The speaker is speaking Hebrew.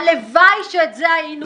הלוואי שאת זה היינו רואים.